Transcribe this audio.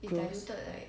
gross